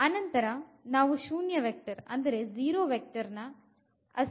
ಅನಂತರ ನಾವು ಶೂನ್ಯ ವೆಕ್ಟರ್ನ ಅಸ್ಥಿತ್ವ ದ ಬಗೆ ಮಾತನಾಡೋಣ